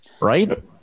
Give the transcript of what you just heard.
Right